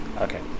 Okay